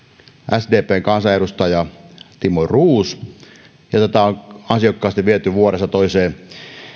sdpn kansanedustaja timo roos ja tätä on ansiokkaasti viety vuodesta toiseen